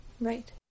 right